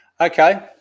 Okay